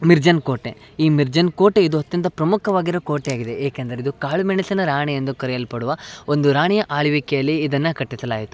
ಮಿರ್ಜಾನ್ ಕೋಟೆ ಈ ಮಿರ್ಜಾನ್ ಕೋಟೆ ಇದು ಅತ್ಯಂತ ಪ್ರಮುಖವಾಗಿರುವ ಕೋಟೆಯಾಗಿದೆ ಏಕೆಂದರೆ ಇದು ಕಾಳುಮೆಣಸಿನ ರಾಣಿ ಎಂದು ಕರೆಯಲ್ಪಡುವ ಒಂದು ರಾಣಿಯ ಆಳ್ವಿಕೆಯಲ್ಲಿ ಇದನ್ನು ಕಟ್ಟಿಸಲಾಯಿತು